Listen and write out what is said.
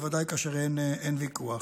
בוודאי כאשר אין ויכוח.